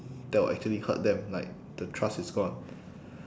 that will actually hurt them like the trust is gone